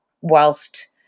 whilst